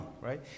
right